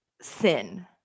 sin